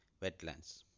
wetlands